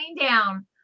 down